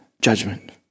judgment